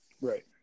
right